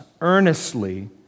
earnestly